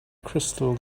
crystal